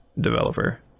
developer